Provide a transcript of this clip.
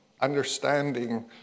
understanding